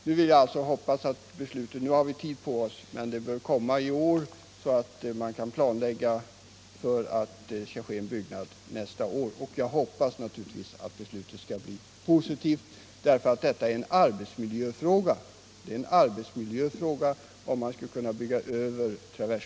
Nu har vi tid på oss, men beslutet bör komma i år så att byggandet kan komma i gång nästa år. Jag hoppas naturligtvis att beslutet skall bli positivt. Det är nämligen en arbetsmiljöfråga att traversbanan kan överbyggas.